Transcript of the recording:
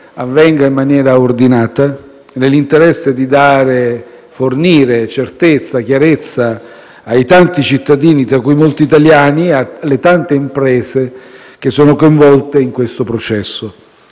avvenga in maniera ordinata, nell'interesse di fornire certezza e chiarezza ai tanti cittadini, tra cui molti italiani, e alle tante imprese, che sono coinvolti in questo processo.